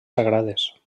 sagrades